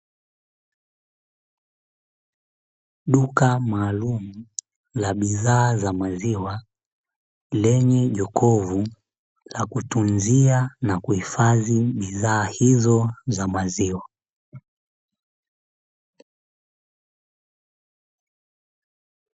Duka maalumu la bidhaa za maziwa lenye jokofu, la kutunzia na kuhifadhi bidhaa hizo za maziwa.